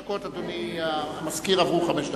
אדוני המזכיר, עברו חמש דקות.